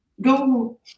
go